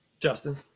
justin